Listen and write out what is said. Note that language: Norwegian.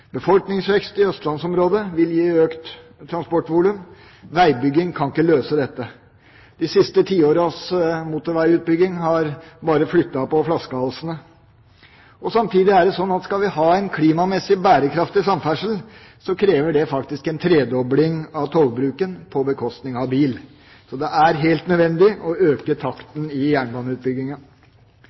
Befolkningsvekst i østlandsområdet vil gi økt transportvolum, og veibygging kan ikke løse dette. De siste tiåras motorveiutbygging har bare flyttet på flaskehalsene. Samtidig er det slik at skal vi ha en klimamessig bærekraftig samferdsel, krever det faktisk en tredobling av togbruken på bekostning av bil. Så det er helt nødvendig å øke takten i